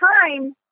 time